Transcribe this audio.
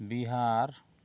Bihar